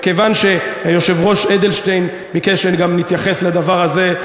ומכיוון שהיושב-ראש אדלשטיין ביקש שאני אתייחס גם לדבר הזה,